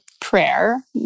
prayer